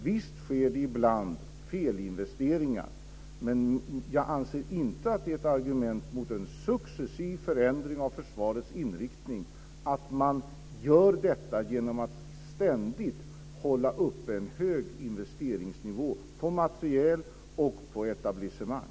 Visst sker det ibland felinvesteringar, men jag anser inte att det är ett argument mot en successiv förändring av försvarets inriktning genom en ständigt hög investeringsnivå på materiel och på etablissemang.